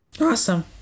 Awesome